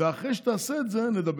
ואחרי שתעשה את זה נדבר,